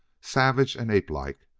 savage and ape-like,